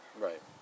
Right